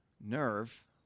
nerve